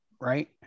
right